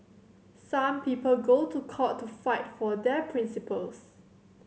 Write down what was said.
some people go to court to fight for their principles